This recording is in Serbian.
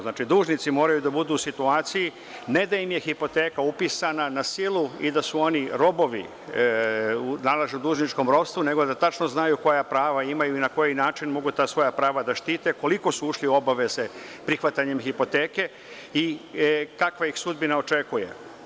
Znači dužnici moraju da budu u situaciji ne da im je hipoteka upisana na silu i da su oni robovi, nalaze se u dužničkom ropstvu, nego da tačno znaju koja prava imaju i na koji način mogu ta svoja prava da štite, koliko su ušli u obaveze prihvatanjem hipoteke i kakva ih sudbina očekuje.